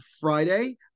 Friday